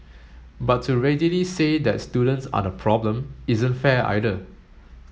but to readily say that students are the problem isn't fair either